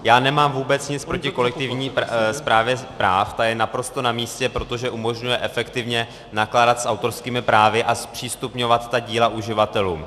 Já nemám vůbec nic proti kolektivní správě práv, ta je naprosto namístě, protože umožňuje efektivně nakládat s autorskými právy a zpřístupňovat díla uživatelům.